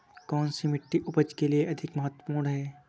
कौन सी मिट्टी उपज के लिए अधिक महत्वपूर्ण है?